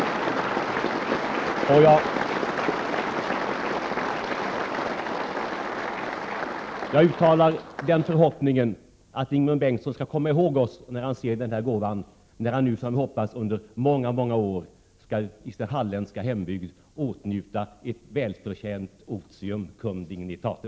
Det är en skål av silversmeden Bengt Liljedahl. Jag uttalar den förhoppningen att Ingemund Bengtsson skall komma ihåg oss när han ser denna gåva och när han nu som vi hoppas under många år i sin halländska hembygd skall njuta ett välförtjänt otium cum dignitate.